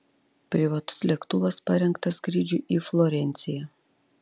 privatus lėktuvas parengtas skrydžiui į florenciją